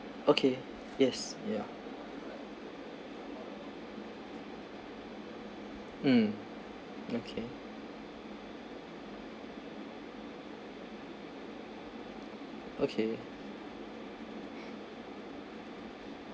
okay yes ya mm okay okay